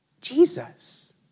Jesus